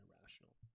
irrational